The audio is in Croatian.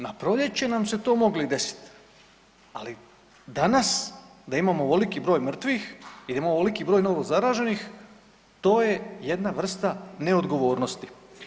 Na proljeće nam se to i moglo desiti, ali danas da imamo ovoliki broj mrtvih i da imamo ovoliki broj novozaraženih, to je jedna vrsta neodgovornosti.